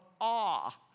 awe